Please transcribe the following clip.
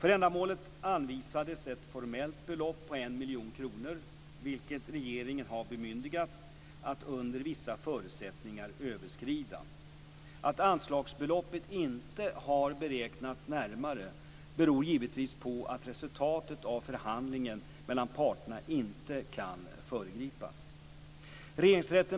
För ändamålet anvisades ett formellt belopp på 1 miljon kronor, vilket regeringen har bemyndigats att under vissa förutsättningar överskrida. Att anslagsbeloppet inte har beräknats närmare beror givetvis på att resultatet av förhandlingen mellan parterna inte kan föregripas.